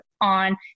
on